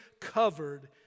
covered